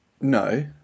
No